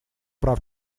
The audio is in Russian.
прав